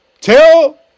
tell